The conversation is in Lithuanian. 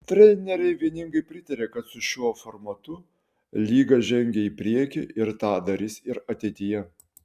treneriai vieningai pritarė kad su šiuo formatu lyga žengė į priekį ir tą darys ir ateityje